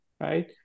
right